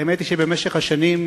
האמת היא שבמשך השנים,